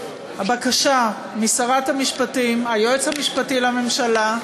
הבקשה משרת המשפטים, מהיועץ המשפטי לממשלה,